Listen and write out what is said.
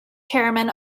chairman